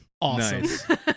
Awesome